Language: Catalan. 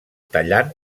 tallant